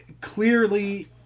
Clearly